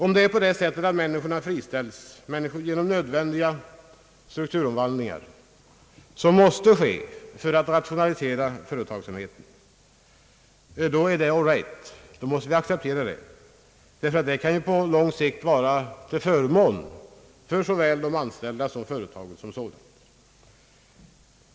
Om människor friställs genom strukturomvandlingar som är nödvändiga för att rationalisera företagsamheten då är det all right, då måste vi acceptera det. Det kan på lång sikt vara till förmån för såväl de anställda som företaget som sådant.